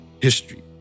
history